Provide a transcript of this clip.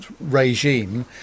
regime